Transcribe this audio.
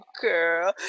girl